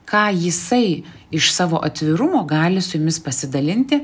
ką jisai iš savo atvirumo gali su jumis pasidalinti